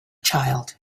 child